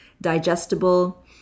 digestible